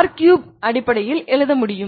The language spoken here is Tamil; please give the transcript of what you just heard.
R3அடிப்படையில் எழுத முடியும்